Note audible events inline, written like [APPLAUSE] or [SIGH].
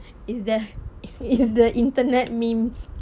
is there is [LAUGHS] the internet memes